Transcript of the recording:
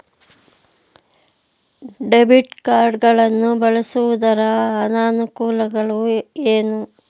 Debit card ಗಳನ್ನು ಬಳಸುವುದರ ಅನಾನುಕೂಲಗಳು ಏನು?